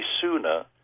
sooner